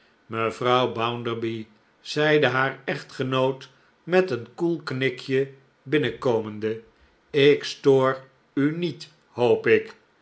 mevrouw bounderby zeide haar echtgenoot m et een koel knikje binnenkomende ik stoor u niet hoop ik